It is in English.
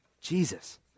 Jesus